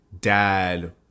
dad